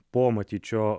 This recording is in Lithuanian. po matyt šio